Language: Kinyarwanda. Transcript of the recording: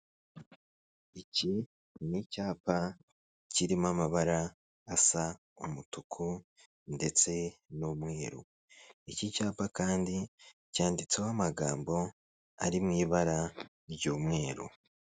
Iki ni icyapa kirimo amabara asa umutuku ndetse n'umweru. Iki cyapa kandi, cyanditseho amagambo ari mu ibara ry'umweru.